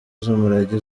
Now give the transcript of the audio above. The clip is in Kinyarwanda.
z’umurage